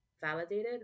validated